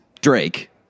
Drake